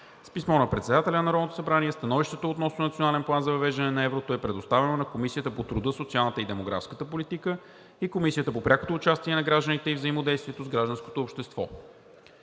С писмо на председателя на Народното събрание становището относно Национален план за въвеждане на еврото е предоставено на Комисията по труда, социалната и демографската политика и Комисията по прякото участие на гражданите и взаимодействието с гражданското общество.